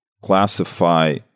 classify